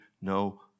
no